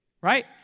Right